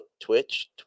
Twitch